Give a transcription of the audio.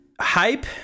hype